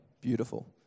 Beautiful